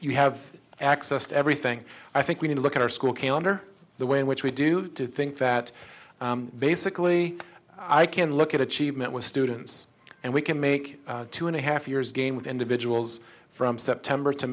you have access to everything i think we need to look at our school calendar the way in which we do think that basically i can look at achievement was students and we can make two and a half years game with individuals from september to